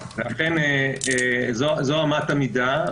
זו אמת המידה,